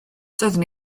doeddwn